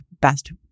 best